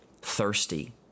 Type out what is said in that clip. thirsty